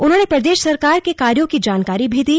उन्होंने प्रदेश सरकार के कार्यों की जानकारी भी दी